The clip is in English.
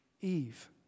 Eve